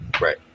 Right